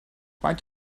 faint